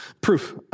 Proof